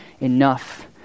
enough